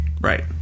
Right